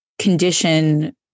Condition